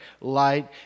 light